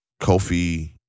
Kofi